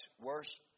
worse